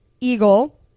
Eagle